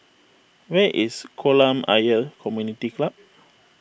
where is Kolam Ayer Community Club